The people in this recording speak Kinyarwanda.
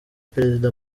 perezida